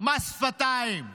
מס שפתיים,